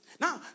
now